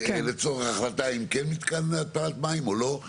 לצורך ההחלטה אם כן מתקן התפלת מים או לא,